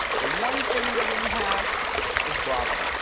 the one thing they didn't have is bravo